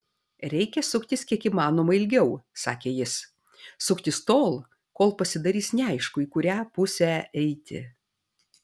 reikia suktis kiek įmanoma ilgiau sakė jis suktis tol kol pasidarys neaišku į kurią pusę eiti